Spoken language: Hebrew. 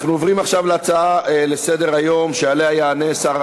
אנחנו עוברים עכשיו להצעות לסדר-היום מס' 923,